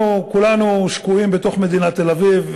אנחנו כולנו שקועים בתוך מדינת תל-אביב,